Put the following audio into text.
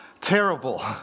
terrible